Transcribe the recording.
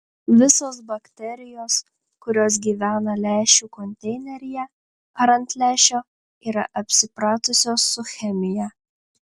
visos bakterijos kurios gyvena lęšių konteineryje ar ant lęšio yra apsipratusios su chemija